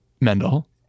Mendel